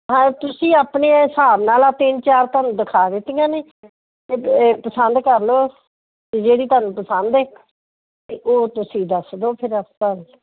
ਹਾਂ ਤੁਸੀਂ ਆਪਣੇ ਹਿਸਾਬ ਨਾਲ ਤਿੰਨ ਚਾਰ ਤੁਹਾਨੂੰ ਦਿਖਾ ਦਿੱਤੀਆਂ ਨੇ ਅਤੇ ਪਸੰਦ ਕਰ ਲਓ ਅਤੇ ਜਿਹੜੀ ਤੁਹਾਨੂੰ ਪਸੰਦ ਹੈ ਅਤੇ ਉਹ ਤੁਸੀਂ ਦੱਸ ਦਿਓ ਫਿਰ ਆਪਾਂ ਨੂੰ